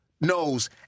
knows